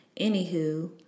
anywho